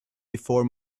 before